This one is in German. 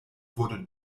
wurde